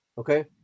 Okay